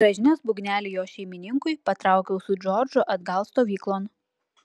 grąžinęs būgnelį jo šeimininkui patraukiau su džordžu atgal stovyklon